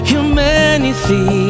Humanity